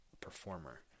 performer